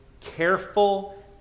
careful